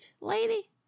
lady